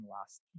last